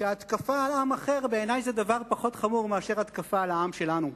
שההתקפה על עם אחר בעיני זה דבר פחות חמור מאשר התקפה על העם שלנו.